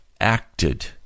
acted